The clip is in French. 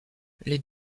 les